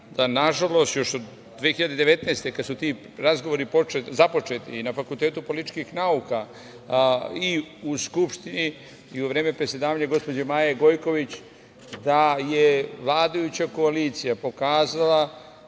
nažalost još od 2019. godine, kada su ti razgori započeti i na Fakultetu političkih nauka, i u Skupštini, i u vreme predsedavanja gospođe Maje Gojković da je vladajuća koalicija pokazala